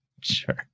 sure